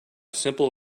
simple